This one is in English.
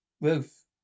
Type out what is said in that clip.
Ruth